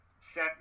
set